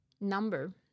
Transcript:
number